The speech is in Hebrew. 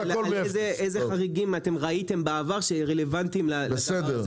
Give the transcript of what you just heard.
איזה חריגים אתם ראיתם בעבר שהם רלוונטיים לדבר הזה,